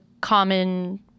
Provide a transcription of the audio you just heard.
common